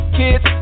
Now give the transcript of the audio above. kids